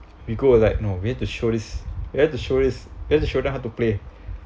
we go like you know we have to show this we have to show this we have to show them how to play